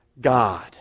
God